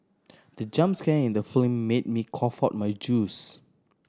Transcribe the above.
the jump scare in the film made me cough out my juice